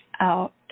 Out